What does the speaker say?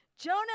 Jonah